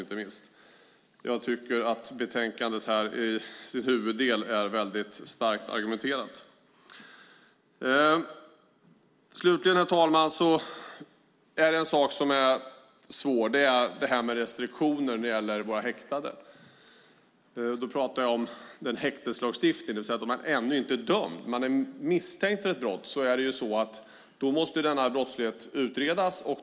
Jag tycker att argumentationen i betänkandets huvuddel är väldigt stark. Herr talman! En sak är svår, nämligen restriktioner som gäller våra häktade. Jag pratar om häkteslagstiftningen. Om man ännu inte är dömd men är misstänkt för ett brott måste brottsligheten utredas.